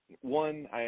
One